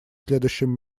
следующем